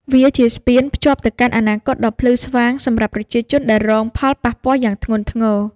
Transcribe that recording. វាជាស្ពានភ្ជាប់ទៅកាន់អនាគតដ៏ភ្លឺស្វាងសម្រាប់ប្រជាជនដែលរងផលប៉ះពាល់យ៉ាងធ្ងន់ធ្ងរ។